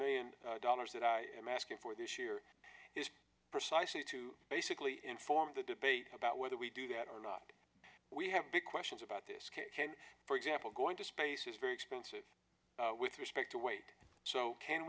million dollars that i am asking for this year is precisely to basically inform the debate about whether we do that or not we have big questions about this case for example going to space is very expensive with respect to weight so can